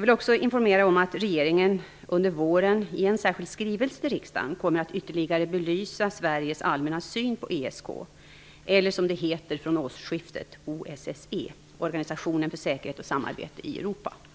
vill också informera om att regeringen under våren i en särskild skrivelse till riksdagen kommer att ytterligare belysa Sveriges allmänna syn på ESK, eller som det heter från årsskiftet, OSSE, Organisationen för säkerhet och samarbete i Europa.